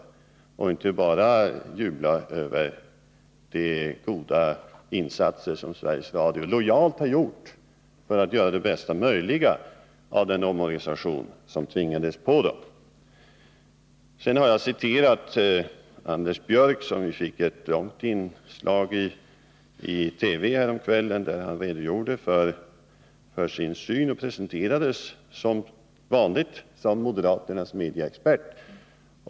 Han kan inte bara jubla över de goda insatser som Sveriges Radio lojalt har gjort för att göra det bästa möjliga av den omorganisation som Jag har citerat Anders Björck, som ju fick ett långt inslag i TV Onsdagen den häromkvällen, där han redogjorde för sin syn på mediefrågor. Han 11 mars 1981 presenterades — som vanligt — som moderaternas medieexpert.